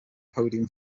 podium